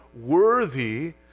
worthy